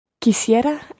Quisiera